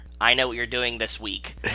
I-know-what-you're-doing-this-week